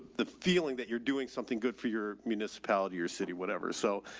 the feeling that you're doing something good for your municipality or city, whatever. so,